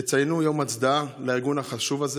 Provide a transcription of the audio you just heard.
יציינו יום הצדעה לארגון החשוב הזה,